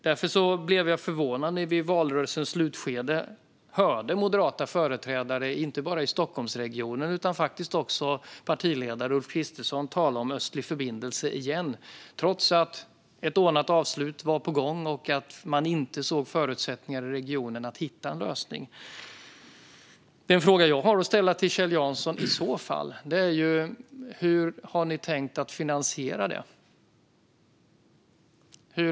Därför blev jag förvånad när vi i valrörelsens slutskede hörde moderata företrädare, inte bara företrädare i Stockholmsregionen utan faktiskt också partiledaren Ulf Kristersson, tala om Östlig förbindelse igen, trots att ett ordnat avslut var på gång och man inte såg förutsättningar i regionen att hitta en lösning. Den fråga jag har att ställa till Kjell Jansson är hur ni i så fall har tänkt finansiera detta.